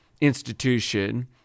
institution